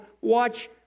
Watch